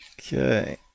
Okay